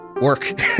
Work